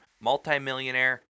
multimillionaire